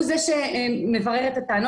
הוא זה שמברר את הטענות.